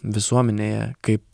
visuomenėje kaip